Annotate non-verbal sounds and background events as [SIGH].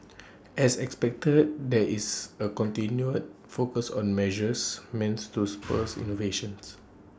as expected there is A continued focus on measures means to spurs innovations [NOISE]